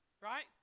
right